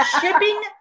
shipping